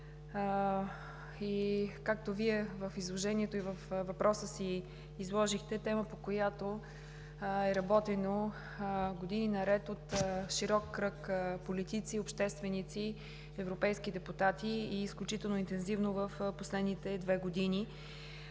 – както Вие в изложението и във въпроса си изложихте, тема, по която е работено години наред от широк кръг политици, общественици, европейски депутати изключително интензивно в последните две години.